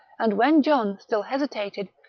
and when john still hesi tated,